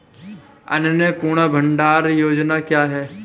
अन्नपूर्णा भंडार योजना क्या है?